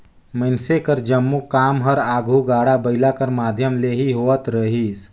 मइनसे कर जम्मो काम हर आघु गाड़ा बइला कर माध्यम ले ही होवत रहिस